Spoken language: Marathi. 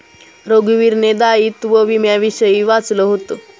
रघुवीरने दायित्व विम्याविषयी वाचलं होतं